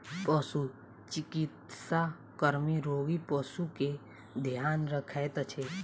पशुचिकित्सा कर्मी रोगी पशु के ध्यान रखैत अछि